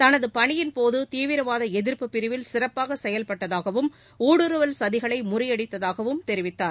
தனதபணியின் போததீவிரவாதஎதிர்ப்பு பிரிவில் சிறப்பாகசெயல்பட்டதாகவும் ஊடுருவல் சதிகளைமுறியடித்ததாகவும் தெரிவித்தார்